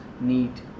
need